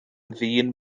ddyn